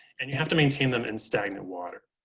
and you have to maintain them in stagnant water.